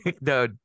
no